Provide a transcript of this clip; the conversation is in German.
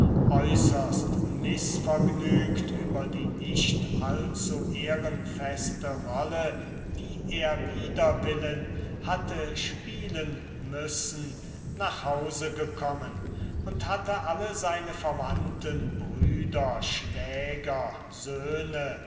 äußerst mißvergnügt über die nicht allzuehrenfeste rolle die er wider willen hatte spielen müssen nach hause gekommen und hatte alle seine verwandte brüder schwäger söhne